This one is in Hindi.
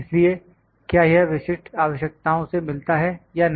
इसलिए क्या यह विशिष्ट आवश्यकताओं से मिलता है या नहीं